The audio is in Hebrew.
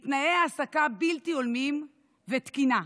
מתנאי העסקה בלתי הולמים ומתקינה,